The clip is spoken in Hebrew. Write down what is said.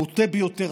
הבוטה ביותר,